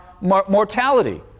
mortality